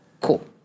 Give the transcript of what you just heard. Cool